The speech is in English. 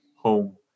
home